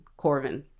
Corvin